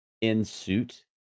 in-suit